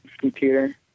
computer